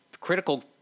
critical